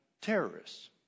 terrorists